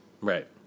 Right